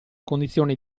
condizione